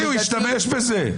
אמרתי, הוא ישתמש בזה.